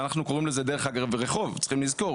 שאנחנו קוראים לזה דרך אגב רחוב צריך לזכור